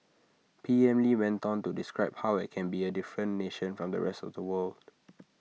P M lee went on to describe how IT can be A different nation from the rest of the world